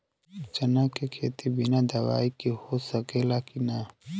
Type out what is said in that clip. चना के खेती बिना दवाई के हो सकेला की नाही?